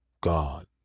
God